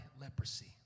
leprosy